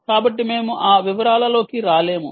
కాబట్టి మేము ఆ వివరాలలోకి రాలేము